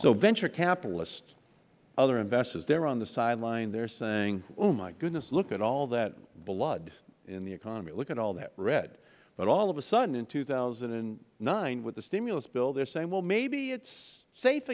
so venture capitalists other investors they are on the sidelines they are saying oh my goodness look at all that blood in the economy look at all that red but all of a sudden in two thousand and nine with the stimulus bill they are saying maybe it is safe